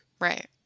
Right